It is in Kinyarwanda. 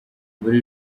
muri